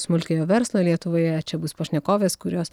smulkiojo verslo lietuvoje čia bus pašnekovės kurios